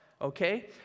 okay